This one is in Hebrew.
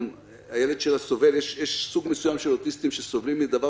שהילד שלה סובל יש סוג מסוים של אוטיסטים שסובלים מדבר